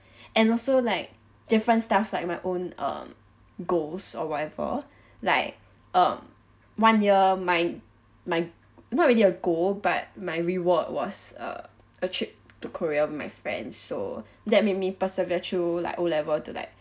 and also like different stuff like my own um goals or whatever like um one year my my not really a goal but my reward was uh a trip to korea with my friends so that made me persevere through like O level to like